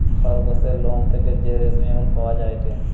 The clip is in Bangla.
খরগোসের লোম থেকে যে রেশমি উল পাওয়া যায়টে